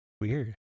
Weird